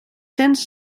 cents